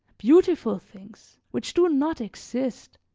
beautiful things, which do not exist.